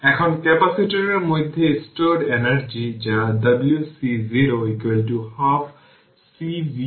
এখন প্রথমে capacitor terminal জুড়ে ইকুইভ্যালেন্ট বা থেভেনিন রেজিস্ট্যান্স পান